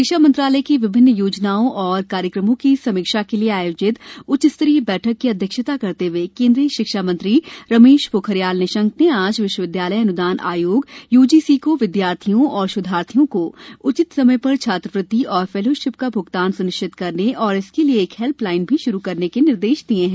शिक्षा मंत्रालय की विभिन्न् योजनाओं और कार्यक्रमों की समीक्षा के लिए आयोजित उच्चस्तरीय बैठक की अध्यक्षता करते हुए केन्द्रीय शिक्षा मंत्री रमेश पोखरियाल निशंक ने आज विश्वविद्यालय अनुदान आयोग यूजीसी को विद्यार्थियों और शोधार्थियों को उचित समय पर छात्रवृत्ति और फैलोशिप का भुगतान सुनिश्चित करने और इसके लिए एक हेल्प लाइन भी शुरू करने का निर्देश दिया है